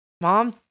mom